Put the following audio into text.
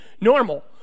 normal